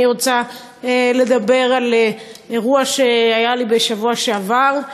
אני רוצה לדבר על אירוע שהיה לי בשבוע שעבר,